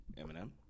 Eminem